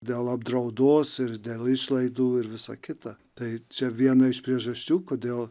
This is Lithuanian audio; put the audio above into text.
dėl apdraudos ir dėl išlaidų ir visa kita tai čia viena iš priežasčių kodėl